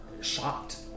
shocked